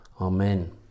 amen